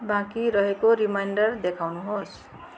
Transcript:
बाँकी रहेको रिमाइन्डर देखाउनुहोस्